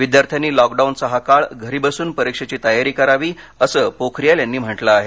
विद्यार्थ्यांनी लॉकडाऊनचा हा काळ घरी बसून परीक्षेची तयारी करावी असं पोखरियाल यांनी म्हटलं आहे